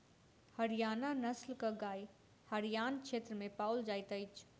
हरयाणा नस्लक गाय हरयाण क्षेत्र में पाओल जाइत अछि